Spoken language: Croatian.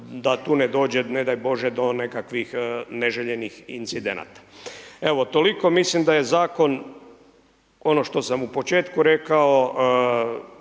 se tu ne dođe ne daj Bože do nekakvih neželjenih incidenata. Evo toliko, mislim da je Zakon, ono što sam u početku rekao,